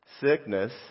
sickness